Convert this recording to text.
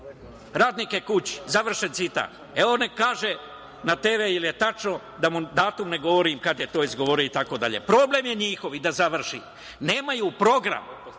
radnike kući“ završen citat. Evo neka kaže na TV da li je tačno da mu datum ne govorim kada je to izgovorio itd. Problem je njihov, i da završim. Nemaju program.